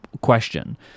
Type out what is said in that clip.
question